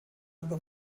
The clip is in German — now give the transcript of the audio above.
über